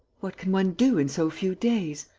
what can one do in so few days.